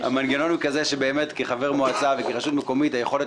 המנגנון הוא כזה שבאמת כחבר מועצה וכרשות מקומית היכולת